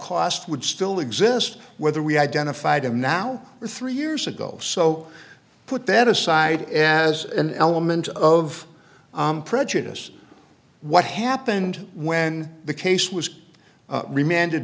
cost would still exist whether we identified him now or three years ago so put that aside as an element of prejudice what happened when the case was remanded